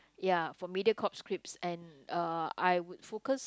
ya for Mediacorp scripts and uh I would focus